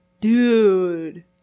Dude